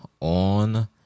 on